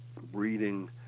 breeding